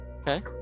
Okay